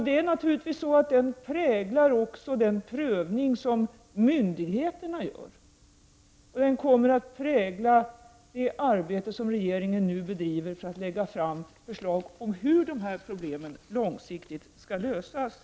Den synen präglar naturligtvis den prövning som myndigheterna gör, och den kommer att prägla det arbete som regeringen bedriver för att lägga fram förslag på hur dessa problem långsiktigt skall lösas.